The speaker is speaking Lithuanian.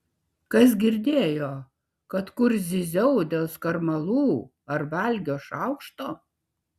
kas girdėjo kad kur zyziau dėl skarmalų ar valgio šaukšto